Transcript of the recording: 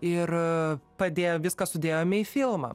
ir padėjo viską sudėjome į filmą